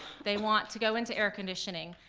they want to go into air conditioning,